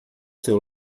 seu